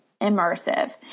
immersive